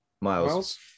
Miles